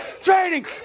training